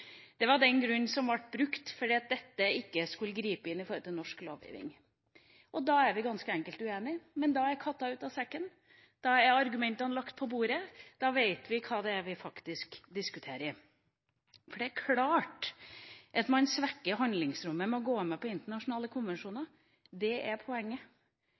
Det var den grunnen som ble brukt, at dette ikke skulle gripe inn i norsk lovgivning. Da er vi ganske enkelt uenige – men da er katta ute av sekken, da er argumentene lagt på bordet, da vet vi hva vi faktisk diskuterer. Det er klart at man svekker handlingsrommet ved å gå med på internasjonale konvensjoner. Det er poenget.